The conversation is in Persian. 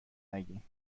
نگین